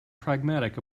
pragmatic